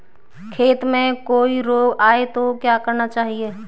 खेत में कोई रोग आये तो क्या करना चाहिए?